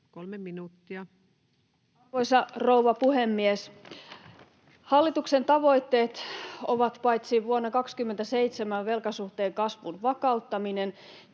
kolme minuuttia. Arvoisa rouva puhemies! Hallituksen tavoitteet ovat paitsi vuonna 27 velkasuhteen kasvun vakauttaminen